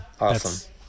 Awesome